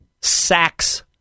sacks